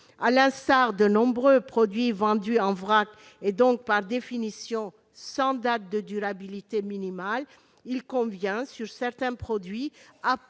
À l'instar de nombreux produits vendus en vrac, par définition sans date de durabilité minimale, il convient, pour certains produits